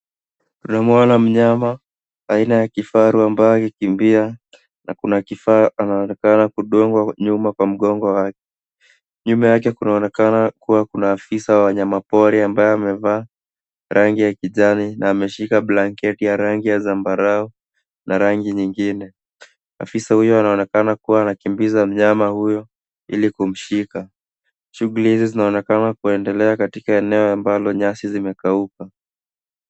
Tunamwona mnyama aina ya kifaru ambayo inakimbia na kuna kifaa anaoekana kudungwa nyuma kwa mgongo wake. Nyuma yake kunaonekana kuwa kuna ofisa wa wanyama pori ambaye amevaa rangi ya kijani na ameshika blanketi ya rangi ya zambarau na rangi nyingine. Ofisa huyu anaonekana kuwa anakimbiza mnyama huyo ili kumshika. Shughuli hizi zinaonekana kuendelea katika eneo ambalo nyasi zimekauka.